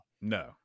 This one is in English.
No